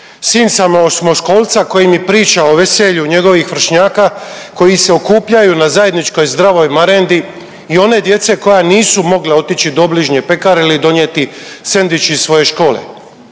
Sin sam osmoškolca koji mi priča o veselju njegovih vršnjaka koji se okupljaju na zajedničkoj zdravoj marendi i one djece koja nisu mogla otići do obližnje pekare ili donijeti sendvič iz svoje škole.